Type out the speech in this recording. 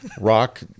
rock